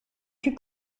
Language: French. cul